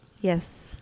Yes